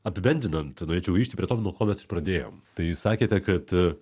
apibendrinant norėčiau grįžti prie to nuo ko mes ir pradėjom tai sakėte kad